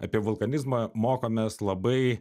apie vulkanizmą mokomės labai